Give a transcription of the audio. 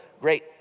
great